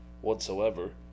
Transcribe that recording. whatsoever